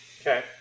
Okay